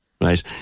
right